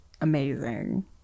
amazing